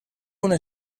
una